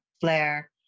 flare